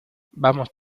vamos